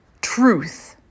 truth